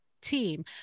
team